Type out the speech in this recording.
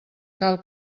cal